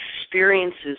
experiences